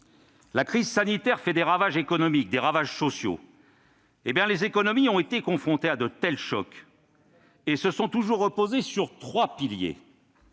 La crise sanitaire fait des ravages économiques et sociaux. Les économies qui ont été confrontées à de tels chocs se sont toujours reposées sur trois piliers